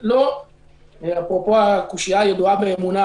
אפרופו הקושיה הידועה באמונה,